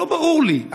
לא ברור לי.